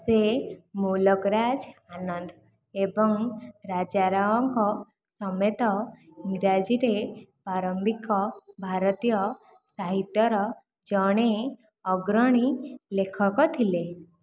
ସେ ମୁଲକ୍ ରାଜ୍ ଆନନ୍ଦ୍ ଏବଂ ରାଜା ରାଓଙ୍କ ସମେତ ଇଂରାଜୀରେ ପ୍ରାରମ୍ଭିକ ଭାରତୀୟ ସାହିତ୍ୟର ଜଣେ ଅଗ୍ରଣୀ ଲେଖକ ଥିଲେ